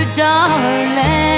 darling